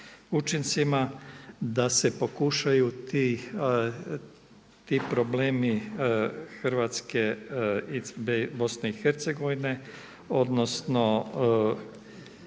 učincima da se pokušaju ti problemi Hrvatske i BIH odnosno